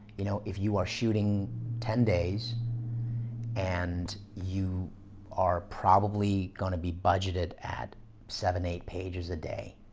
you know if you are shooting ten days and you are probably going to be budgeted at seven, eight pages a day,